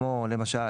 כמו למשל,